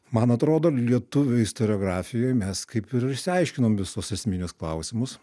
man atrodo lietuvių istoriografijoj mes kaip ir išsiaiškinom visus esminius klausimus